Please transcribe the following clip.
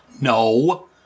No